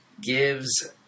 gives